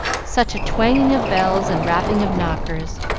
such a twanging of bells and rapping of knockers